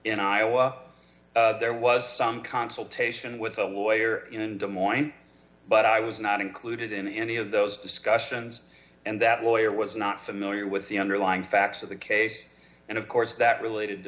in iowa there was some consultation with a lawyer in des moines but i was not included in any of those discussions and that lawyer was not familiar with the underlying facts of the case and of course that related to